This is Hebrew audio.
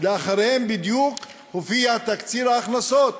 ואחריהם בדיוק הופיע תקציר ההכנסות,